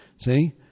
See